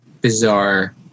bizarre